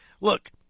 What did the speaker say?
Look